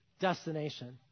Destination